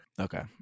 Okay